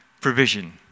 provision